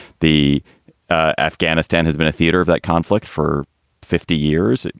the afghanistan has been a theater of that conflict for fifty years.